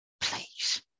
please